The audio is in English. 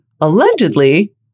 allegedly